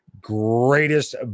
greatest